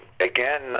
again